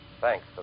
Thanks